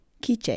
Quiche